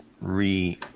re